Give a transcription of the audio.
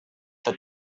the